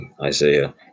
Isaiah